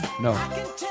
No